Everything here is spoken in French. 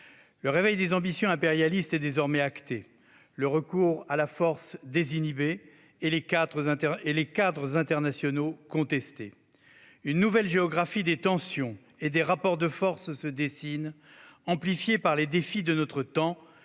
le réveil des ambitions impérialistes est désormais acté, le recours à la force désinhibé, et les cadres internationaux contestés. Une nouvelle géographie des tensions et des rapports de force se dessine, amplifiée par les défis de notre temps,